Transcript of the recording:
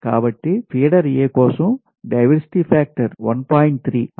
కాబట్టి feeder A కోసం diversity factor 1